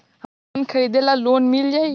हमरा फोन खरीदे ला लोन मिल जायी?